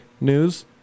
news